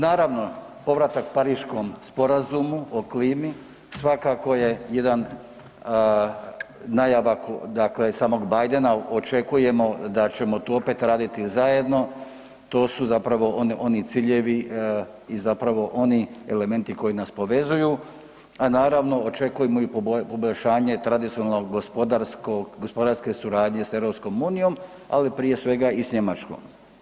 Naravno, povratak Pariškom sporazumu o klimi svakako je jedan najava dakle samog Bidena očekujemo da ćemo tu opet raditi zajedno, to su zapravo oni ciljevi i zapravo oni elementi koji nas povezuju, a naravno očekujemo i poboljšanje tradicionalnog gospodarskog, gospodarske suradnje s EU, ali prije svega i s Njemačkom.